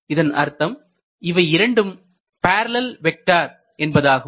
இதன் அர்த்தம் இவையிரண்டும் ப்பராளல் வெக்டர் என்பதாகும்